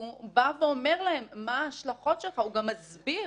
והוא בא ואומר להם מה ההשלכות והוא גם מסביר.